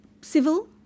civil